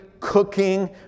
cooking